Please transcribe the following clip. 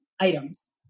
items